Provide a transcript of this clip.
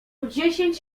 dziesięć